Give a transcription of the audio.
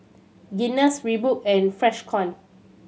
Guinness Reebok and Freshkon